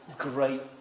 great,